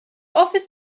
office